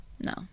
No